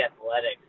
athletic